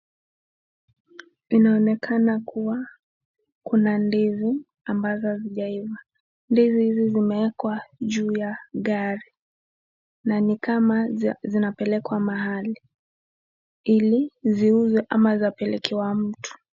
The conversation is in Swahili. Inaonekana kuwa kuna ndizi ambazo hazijaiva ndizi hizi zimewekwa juu ya gari na ni kama zinapelekwa mahali ili ziuzwe ama zapelekewa mtu.